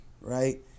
right